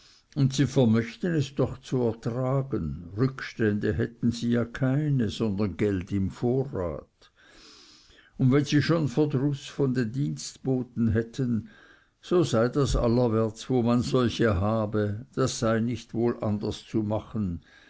und sie vermöchten es doch zu ertragen rückstände hätten sie ja keine sondern geld im vorrat und wenn sie schon verdruß von den dienstboten hätten so sei das allerwärts wo man solche habe das sei nicht wohl anders zu machen